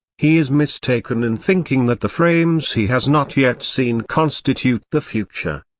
he is mistaken in thinking that the frames he has not yet seen constitute the future.